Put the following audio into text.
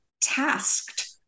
tasked